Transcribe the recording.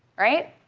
right?